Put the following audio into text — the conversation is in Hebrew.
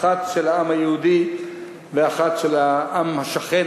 אחת של העם היהודי ואחת של העם השכן,